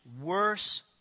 worse